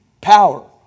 power